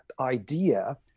idea